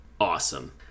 awesome